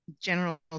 general